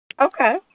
Okay